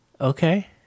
Okay